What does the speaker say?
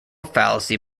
fallacy